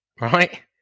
right